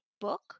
book